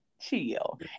chill